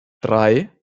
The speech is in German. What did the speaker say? drei